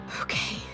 okay